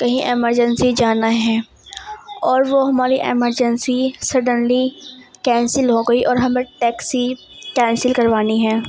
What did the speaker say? کہیں ایمرجنسی جانا ہے اور وہ ہماری ایمرجنسی سڈنلی کینسل ہو گئی اور ہمیں ٹیکسی کینسل کروانی ہے